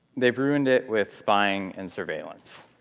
they've ruined it with spying and surveillance.